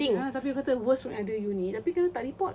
ah tapi patut goes with other uni tapi dorang tak report